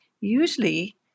usually